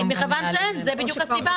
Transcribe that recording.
מכיוון שאין, זו בדיוק הסיבה.